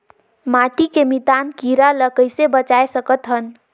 माटी के मितान कीरा ल कइसे बचाय सकत हन?